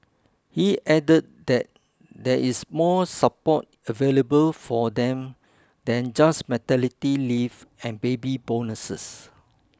he added that there is more support available for them than just maternity leave and baby bonuses